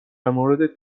مورد